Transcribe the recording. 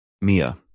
Mia